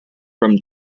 from